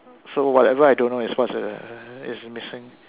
so whatever I don't know is what's uh is missing